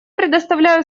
предоставляю